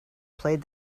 played